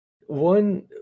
One